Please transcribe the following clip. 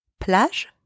plage